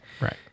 Right